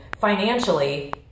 financially